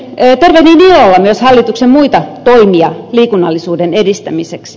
tervehdin ilolla myös hallituksen muita toimia liikunnallisuuden edistämiseksi